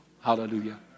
hallelujah